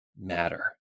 matter